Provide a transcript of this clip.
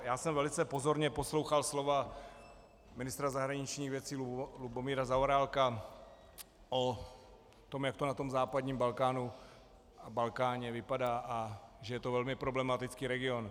Já jsem velice pozorně poslouchal slova ministra zahraničních věcí Lubomíra Zaorálka o tom, jak to na tom západním Balkáně vypadá a že je to velmi problematický region.